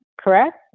correct